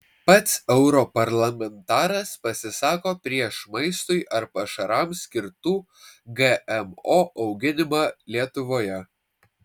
pats europarlamentaras pasisako prieš maistui ar pašarams skirtų gmo auginimą lietuvoje